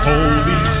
Holy